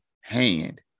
hand